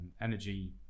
energy